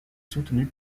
soutenue